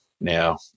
Now